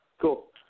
Cool